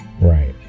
right